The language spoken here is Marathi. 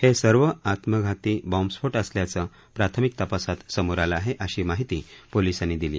हे सर्व आत्मघाती बॉबस्फोट असल्याचं प्राथमिक तपासात समोर आलं आहे अशी माहिती पोलिसांनी दिली